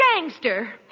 gangster